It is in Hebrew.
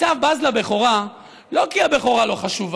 עשיו בז לבכורה לא כי הבכורה לא חשובה,